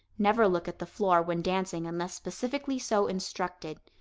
never look at the floor when dancing unless specifically so instructed.